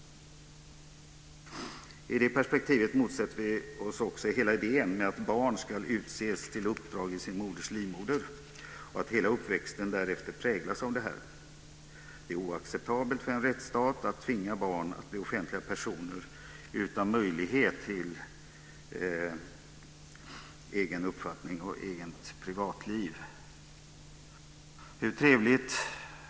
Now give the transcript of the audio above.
I det perspektivet motsätter vi oss också hela idén att barn ska utses till uppdrag i sin moders livmoder och att deras uppväxt därefter ska präglas av det. Det är oacceptabelt för en rättsstat att tvinga barn att bli offentliga personer utan möjlighet att ha en egen uppfattning och ett eget privatliv. Herr talman!